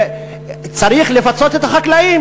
צריך לפצות את החקלאים,